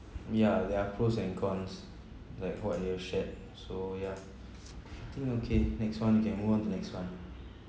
yeah there are pros and cons like what you have shared so ya I think okay next one you can move on to next one